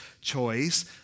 choice